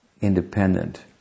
independent